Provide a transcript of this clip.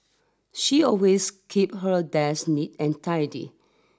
she always keep her desk neat and tidy